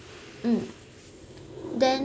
mm then